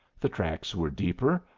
the tracks were deeper,